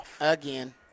Again